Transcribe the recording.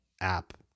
app